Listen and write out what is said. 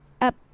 up